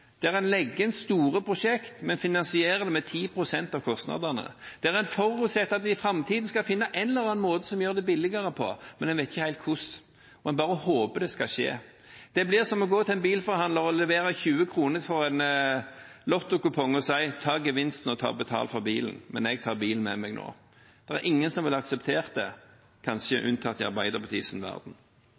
der en legger inn store prosjekter, men finansierer dem med 10 pst. av kostnadene, og der en forutsetter at en i framtiden skal finne en eller annen måte å gjøre det billigere på, men en vet ikke helt hvordan – en bare håper det skal skje. Det blir som å gå til en bilforhandler og levere 20 kr for en lottokupong og si: Ta gevinsten, og ta betalt for bilen, men jeg tar bilen med meg nå. Det er ingen som ville akseptert det, kanskje unntatt i Arbeiderpartiets verden. Jeg er ikke enig med Arbeiderpartiet,